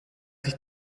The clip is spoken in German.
sich